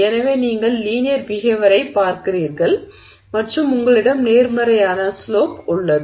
எனவே நீங்கள் லீனியர் பிஹேவியரைப் பார்க்கிறீர்கள் மற்றும் உங்களிடம் நேர்மறையான ஸ்லோப் உள்ளது